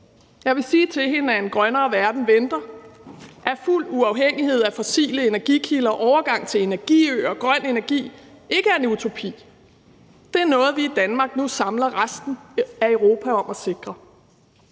Jeg vil sige til hende, at en grønnere verden venter, at fuld uafhængighed af fossile energikilder og overgang til energiøer og grøn energi ikke er en utopi, men at det er noget, vi i Danmark nu samler resten af Europa om at sikre,